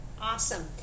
Awesome